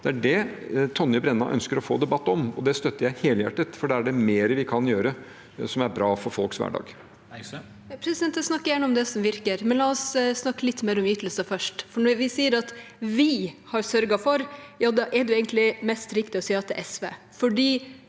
Det er det Tonje Brenna ønsker å få debatt om, og det støtter jeg helhjertet, for der er det mer vi kan gjøre som er bra for folks hverdag. Kirsti Bergstø (SV) Jeg snakker gjerne om det som virker, men la oss først snakke litt mer om ytelser. Når man sier at «vi» har sørget for, er det egentlig mest riktig å si at det er SV,